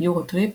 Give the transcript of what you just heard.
"יורוטריפ",